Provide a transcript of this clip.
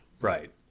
Right